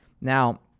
now